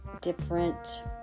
different